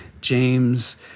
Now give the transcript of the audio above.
James